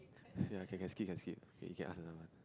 ya can can skip can skip you can ask another one